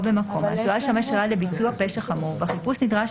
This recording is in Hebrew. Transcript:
במקום העשויה לשמש ראיה לביצוע פשע חמור והחיפוש נדרש